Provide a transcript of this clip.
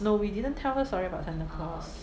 no we didn't tell her story about santa claus